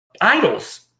idols